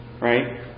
right